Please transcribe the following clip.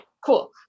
Cool